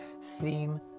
seem